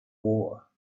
war